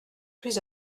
plus